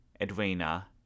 edwina